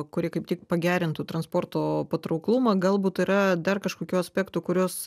kurie kaip tik pagerintų transporto patrauklumą galbūt yra dar kažkokių aspektų kuriuos